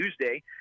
Tuesday